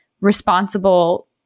responsible